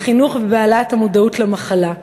בחינוך ובהעלאת המודעות למחלה,